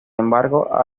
embargo